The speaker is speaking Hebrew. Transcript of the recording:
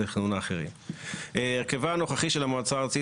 הצעת חוק התכנון והבנייה (תיקון מס' 140),